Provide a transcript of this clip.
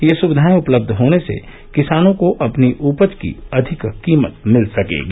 ये सुविधाए उपलब्ध होने से किसानों को अपनी उपज की अधिक कीमत मिल सकेगी